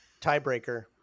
Tiebreaker